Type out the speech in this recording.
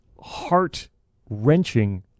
heart-wrenching